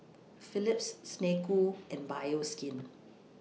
Phillips Snek Ku and Bioskin